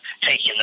taking